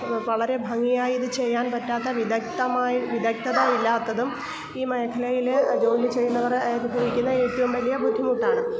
വളരെ ഭംഗിയായി ഇത് ചെയ്യാൻ പറ്റാത്ത വിദഗ്ധമായി വിദഗ്ദ്ധത ഇല്ലാത്തതും ഈ മേഖലയിൽ ജോലി ചെയ്യുന്നവർ അനുഭവിക്കുന്ന ഏറ്റവും വലിയ ബുദ്ധിമുട്ടാണ്